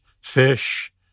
Fish